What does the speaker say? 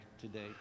today